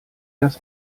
das